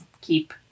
keep